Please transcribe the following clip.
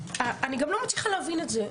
אני גם לא מצליחה להבין את זה,